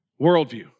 worldview